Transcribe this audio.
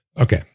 Okay